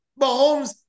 Mahomes